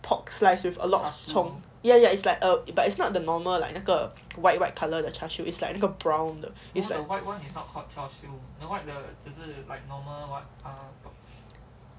pork sliced with a lot of 葱 ya ya it's like ah but it's not the normal like 那个 white white colour the char siew is like got brown 的